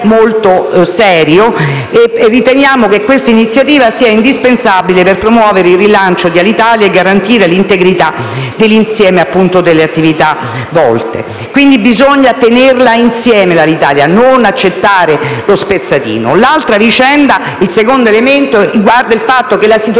molto serio. Riteniamo che questa iniziativa sia indispensabile per promuovere il rilancio di Alitalia e garantire l'integrità dell'insieme delle attività svolte. Quindi bisogna tenere insieme Alitalia e non accettare lo spezzatino. Il secondo elemento riguarda il fatto che la situazione